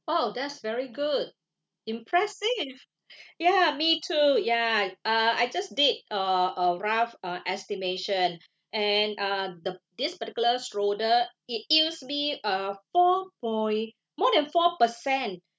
oh that's very good impressive ya me too ya uh I just did uh a rough uh estimation and uh the this particular schroder it yields me a four point more than four percent